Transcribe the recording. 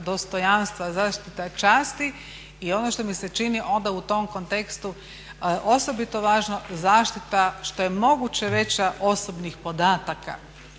zaštita časti i ono što mi se čini onda u tom kontekstu osobito važno zaštita što je moguće veća osobnih podataka